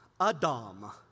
Adam